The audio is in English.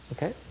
Okay